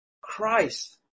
Christ